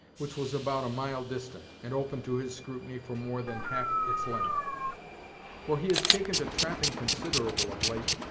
which was about a mile distant, and open to his scrutiny for more than half its length for he has taken to trapping considerable, of late,